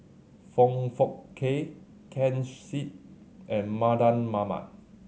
Foong Fook Kay Ken Seet and Mardan Mamat